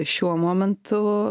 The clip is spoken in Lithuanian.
šiuo momentu